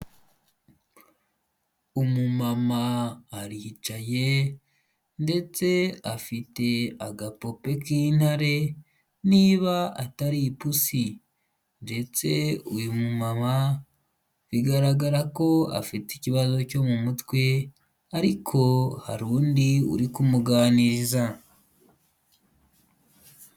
Umumama aricaye ndetse afite agapupe k'intare, niba atari ipusi ndetse uyu mumama bigaragara ko afite ikibazo cyo mu mutwe, ariko hari undi uri kumuganiriza.